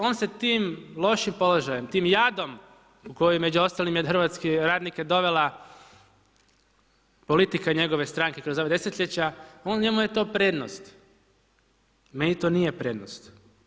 On se tim lošim položajem, tim jadom koji je između ostalom je hrvatske radnike dovela politika njegove stranke kroz ova desetljeća, njemu je to prednost, meni to nije prednost.